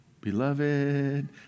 Beloved